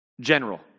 general